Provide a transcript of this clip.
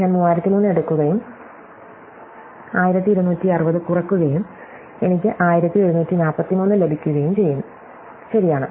ഞാൻ 3003 എടുക്കുകയും 1260 കുറയ്ക്കുകയും എനിക്ക് 1743 ലഭിക്കുകയും ചെയ്യും ശരിയാണ്